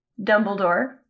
Dumbledore